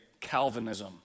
Calvinism